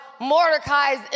Mordecai's